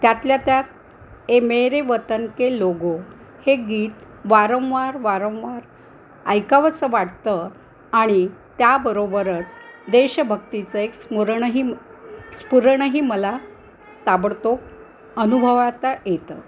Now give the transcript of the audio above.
त्यातल्या त्यात ए मेरे वतन के लोगो हे गीत वारंवार वारंवार ऐकावंसं वाटतं आणि त्याबरोबरच देशभक्तीचं एक स्मरणही स्फुरणही मला ताबडतोब अनुभवता येतं